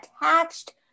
attached